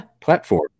platform